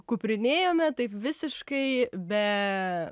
kuprinėjome taip visiškai be